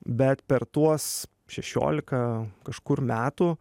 bet per tuos šešiolika kažkur metų